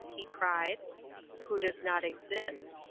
he cried who does not exist,